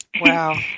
Wow